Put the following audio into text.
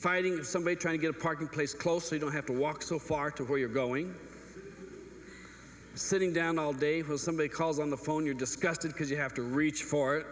fighting somebody trying to get a parking place close we don't have to walk so far to where you're going sitting down all day while somebody calls on the phone you're disgusted because you have to reach